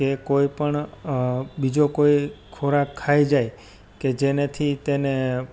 કે કોઈપણ બીજો કોઈ ખોરાક ખાઈ જાય કે જેથી તેને